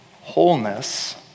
wholeness